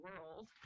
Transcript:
world